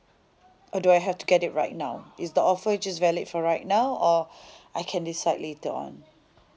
or do I have to get it right now is the offer just valid for right now or I can decide later on